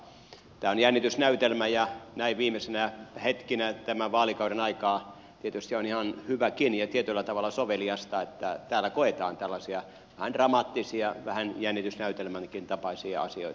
tämä on jännitysnäytelmä ja näin viimeisinä hetkinä tämän vaalikauden aikaan tietysti on ihan hyväkin ja tietyllä tavalla soveliasta että täällä koetaan tällaisia vähän dramaattisia vähän jännitysnäytelmänkin tapaisia asioita